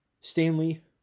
Stanley